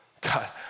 God